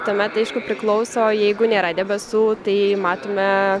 tuomet aišku priklauso jeigu nėra debesų tai matome